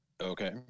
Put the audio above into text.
Okay